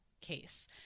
case